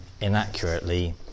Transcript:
inaccurately